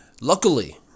Luckily